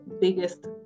biggest